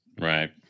right